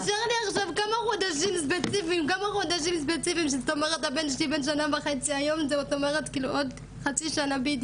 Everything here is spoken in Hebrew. נשאר לי כמה חודשים ספציפיים שהבן שלי בן שנה וחצי עוד חצי שנה,